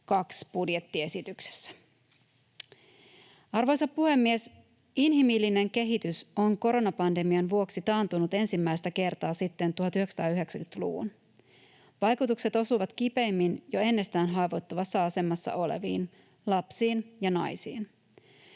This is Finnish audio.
2022 budjettiesityksessä. Arvoisa puhemies! Inhimillinen kehitys on koronapandemian vuoksi taantunut ensimmäistä kertaa sitten 1990-luvun. Vaikutukset osuvat kipeimmin jo ennestään haavoittuvassa asemassa oleviin lapsiin ja naisiin.